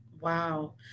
Wow